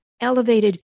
elevated